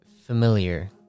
familiar